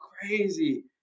crazy